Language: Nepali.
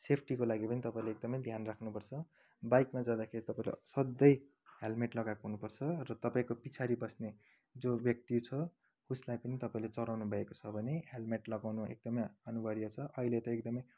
सेफ्टीको लागि पनि तपाईँले एकदमै ध्यान राख्नुपर्छ बाइकमा जाँदाखेरि तपाईँले सधैँ हेलमेट लगाएको हुनुपर्छ र तपाईँको पछाडि बस्ने जो व्यक्ति छ उसलाई पनि तपाईँले चढाउनुभएको छ भने हेलमेट लगाउनु एकदमै अनिवार्य छ अहिले त एकदमै